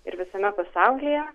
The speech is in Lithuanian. ir visame pasaulyje